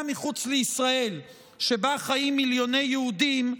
מחוץ לישראל שבה חיים מיליוני יהודים,